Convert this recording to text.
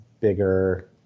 bigger